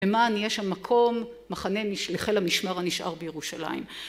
למען יהיה שם מקום, מחנה לחיל המשמר הנשאר בירושלים